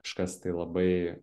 kažkas tai labai